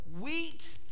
wheat